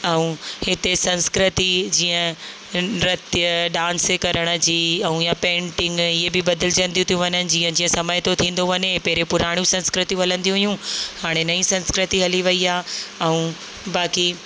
ऐं हिते संस्कृति जीअं नृतु डांस करण जी ऐं या पेंटिंग इअं बि बदिलजंदियूं थियूं वञनि जीअं जीअं समय थो थींदो वञे पहिरें पुराणियूं संस्कृतियूं हलंदियूं हुयूं हाणे नई संस्कृति हली वेई आहे ऐं बाक़ी